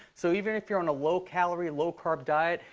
so even if you're on a low calorie, low carb diet,